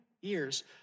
years